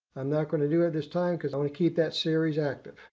i'm not going to do it this time, because i want to keep that series active